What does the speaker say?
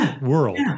world